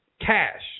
cash